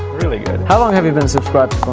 how long have you been subscribed